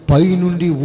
Painundi